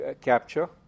capture